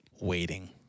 Waiting